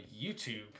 YouTube